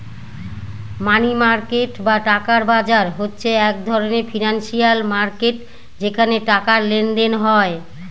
মানি market বা টাকার বাজার হচ্ছে এক ধরনের ফিনান্সিয়াল মার্কেট যেখানে টাকার লেনদেন হয়